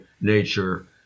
nature